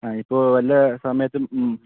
ആ ഇപ്പോൾ വല്ല സമയത്തും മ്